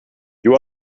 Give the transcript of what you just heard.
you